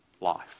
Life